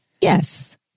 Yes